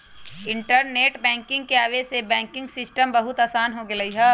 internet banking के आवे से बैंकिंग सिस्टम बहुत आसान हो गेलई ह